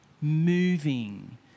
moving